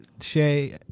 Shay